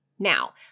Now